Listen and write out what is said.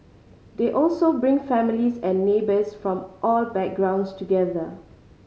they also bring families and neighbours from all backgrounds together